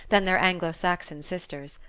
than their anglo-saxon sisters.